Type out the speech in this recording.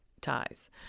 ties